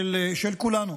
של כולנו,